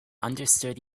understood